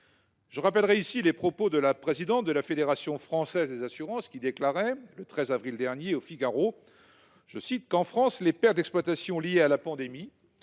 Je rappellerai ici les propos de la présidente de la Fédération française de l'assurance, qui, le 13 avril dernier, déclarait au :« En France, les pertes d'exploitation liées à la pandémie